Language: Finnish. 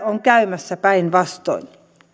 on käymässä päinvastoin